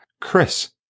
Chris